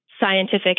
scientific